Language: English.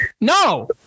no